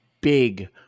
big